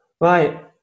right